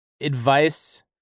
advice